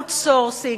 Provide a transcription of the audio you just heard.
outsourcing,